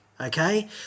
okay